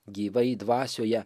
gyvai dvasioje